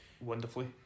wonderfully